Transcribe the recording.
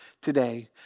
today